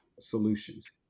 solutions